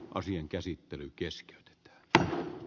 asian käsittely keskeytyy b a